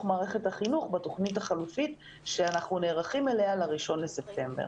מערכת החינוך בתוכנית החלופית שאנחנו נערכים אליה ל-1 בספטמבר?